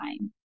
time